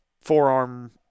forearm